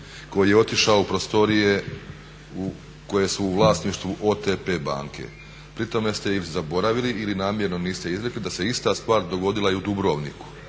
koji je otišao u prostorije koje su u vlasništvu OTP banke, pri tome ste ili zaboravili ili namjerno niste izrekli da se ista stav dogodila i u Dubrovniku.